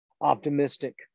optimistic